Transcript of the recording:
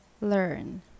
learn